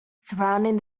surrounding